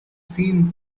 seen